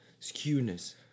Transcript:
skewness